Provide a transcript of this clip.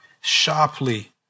sharply